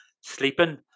sleeping